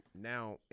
Now